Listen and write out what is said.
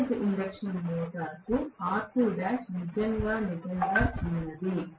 cage induction మోటారుకు R2' నిజంగా నిజంగా చిన్నది